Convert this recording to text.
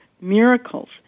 miracles